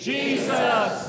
Jesus